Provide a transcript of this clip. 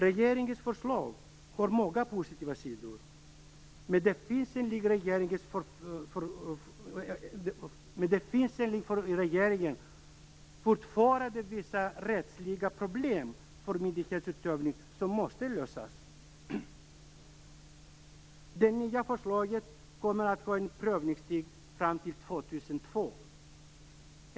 Regeringens förslag har många positiva sidor, men det finns enligt regeringen fortfarande vissa rättsliga problem för myndighetsutövning som måste lösas. Det nya förslaget kommer att få en prövotid fram till år 2002.